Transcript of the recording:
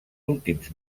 últims